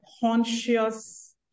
conscious